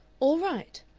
all right?